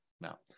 now